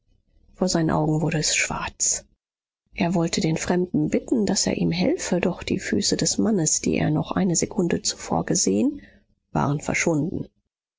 vor seinen augen wurde es schwarz er wollte den fremden bitten daß er ihm helfe doch die füße des mannes die er noch eine sekunde zuvor gesehen waren verschwunden